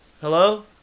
Hello